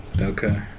okay